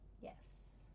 Yes